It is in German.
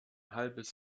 halbes